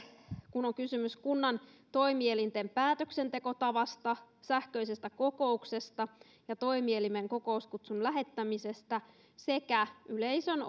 kuin on kysymys kunnan toimielinten päätöksentekotavasta sähköisestä kokouksesta ja toimielimen kokouskutsun lähettämisestä sekä yleisön